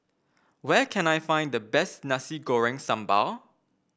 where can I find the best Nasi Goreng Sambal